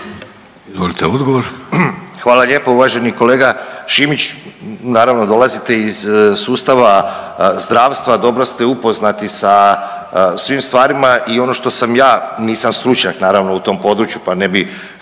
Hvala lijepo. Uvaženi kolega Šimić naravno dolazite iz sustava zdravstva, dobro ste upoznati sa svim stvarima. I ono što sam ja, nisam stručnjak naravno u tom području pa ne bih